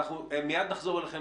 מייד נחזור אליכם,